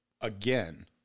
again